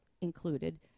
included